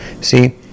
See